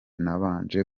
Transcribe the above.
nabanje